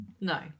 No